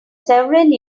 several